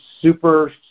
super